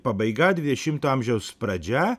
pabaiga dvidešimto amžiaus pradžia